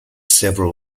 several